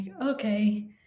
okay